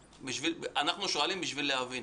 אנחנו שואלים בשביל להבין.